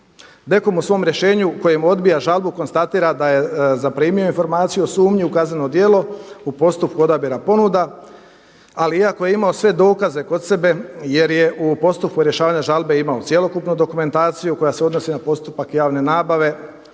DKOM u svom rješenju u kojem odbija žalbu konstatira da je zaprimio informaciju o sumnji u kazneno djelo u postupku odabira ponuda, ali iako je imao sve dokaze kod sebe jer je u postupku rješavanja žalbe imao cjelokupnu dokumentaciju koja se odnosi na postupak javne nabave